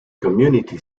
community